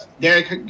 Derek